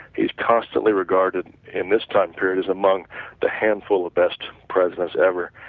he's constantly regarded in this time period as among the handful of best presidents ever,